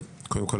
קודם כול,